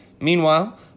Meanwhile